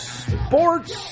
sports